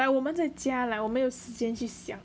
like 我们在家 like 我没有时间去想